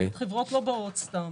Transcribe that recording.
חברות לא באות סתם.